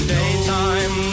Daytime